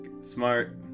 Smart